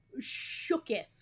shooketh